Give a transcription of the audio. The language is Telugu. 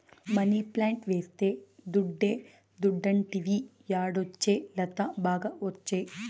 మనీప్లాంట్ వేస్తే దుడ్డే దుడ్డంటివి యాడొచ్చే లత, బాగా ఒచ్చే